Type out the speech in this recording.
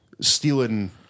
stealing